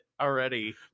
already